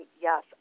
Yes